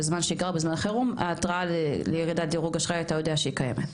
בזמן שבעיקר בזמן חירום ההתרעה לירידת דירוג אשראי אתה יודע שהיא קיימת.